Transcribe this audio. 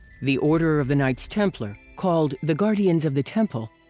the order of the knights templar, called the guardians of the temple,